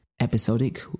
episodic